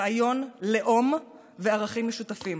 רעיון, לאום וערכים משותפים.